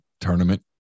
tournament